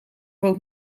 woont